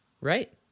right